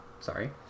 Sorry